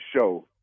Show